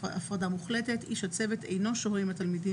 "הפרדה מוחלטת" איש הצוות אינו שוהה עם התלמידים